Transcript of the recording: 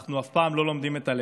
אנחנו אף פעם לא לומדים את הלקח?